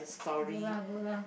good lah good lah